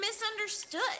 misunderstood